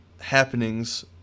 happenings